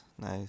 nice